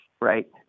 right